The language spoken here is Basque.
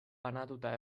banatuta